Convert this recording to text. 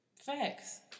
Facts